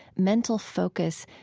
mental focus,